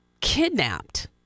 kidnapped